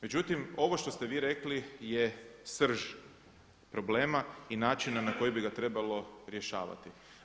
Međutim, ovo što ste vi rekli je srž problema i načina na koji bi ga trebalo rješavati.